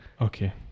Okay